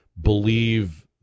believe